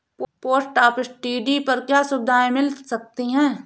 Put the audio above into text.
Post office TD पर क्या सुविधाएँ मिल सकती है?